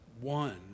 one